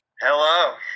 Hello